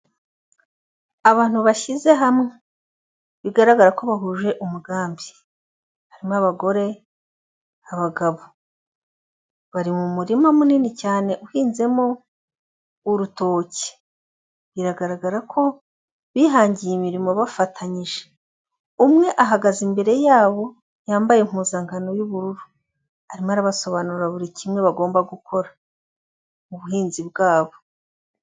Abantu bashyize hamwe bigaragara ko bahuje umugambi, harimo abagore, abagabo, bari mu murima munini cyane uhinzemo urutoki, biragaragara ko bihangiye imirimo bafatanyije, umwe ahagaze imbere yabo yambaye impuzankano y'ubururu, arimo arabasobanurira buri kimwe bagomba gukora mu buhinzi bwabo.